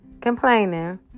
complaining